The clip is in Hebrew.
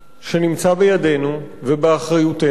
שנמצא בידינו ובאחריותנו,